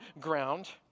ground